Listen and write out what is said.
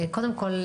קודם כל,